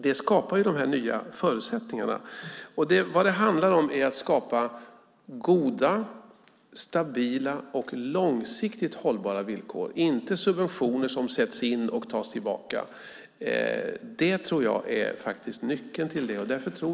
Det skapar nya förutsättningar. Vad det handlar om är att skapa goda, stabila och långsiktigt hållbara villkor, inte subventioner som sätts in och tas tillbaka. Det tror jag är nyckeln.